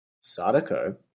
Sadako